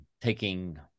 taking